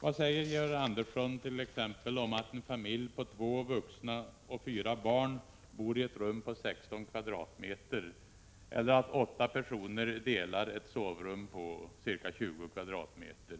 Vad säger Georg Andersson t.ex. om att en familj på två vuxna och fyra barn bor i ett rum på 16 kvadratmeter eller att åtta personer delar ett sovrum på ca 20 kvadratmeter?